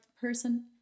person